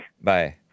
Bye